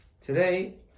Today